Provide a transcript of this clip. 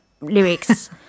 lyrics